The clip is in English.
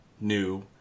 new